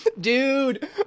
dude